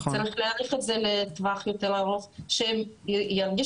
צריך להאריך את זה לטווח יותר ארוך כדי שהם ירגישו